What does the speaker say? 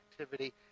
activity